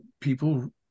people